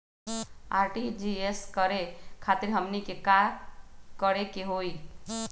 RTGS करे खातीर हमनी के का करे के हो ई?